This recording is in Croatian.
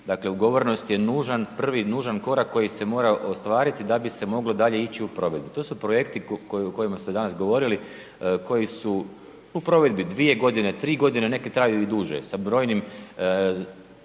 dakle ugovorenost je nužan, prvi nužan korak koji se mora ostvariti da bi se moglo dalje ići u provedbu. To su projekti o kojima ste danas govorili koji su u provedbi 2 godine, 3 godine, neki traju i duže, sa brojnim